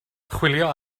chwilio